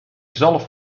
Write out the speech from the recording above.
zalf